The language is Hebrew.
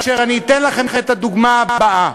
אתן לכם את הדוגמה הבאה: